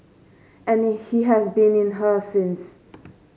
and he has been in her since